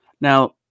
now